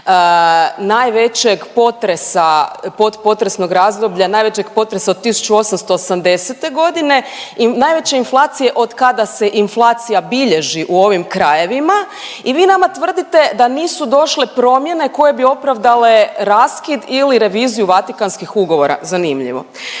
najvećeg potresa od 1880.g. i najveće inflacije od kada se inflacija bilježi u ovim krajevima i vi nama tvrdite da nisu došle promjene koje bi opravdale raskid ili reviziju Vatikanskih ugovora. Zanimljivo.